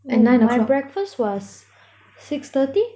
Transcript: oh my breakfast was six thirty